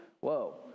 whoa